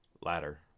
ladder